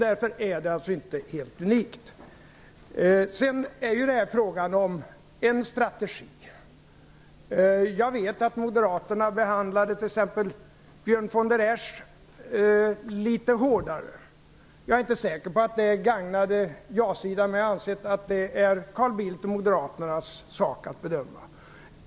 Därför är det inte helt unikt. Det är vidare fråga om en strategi. Jag vet att moderaterna behandlade t.ex. Björn von der Esch litet hårdare. Jag är inte säker på att det gagnade ja-sidan, men jag anser att det är Carl Bildts och moderaternas sak att bedöma det.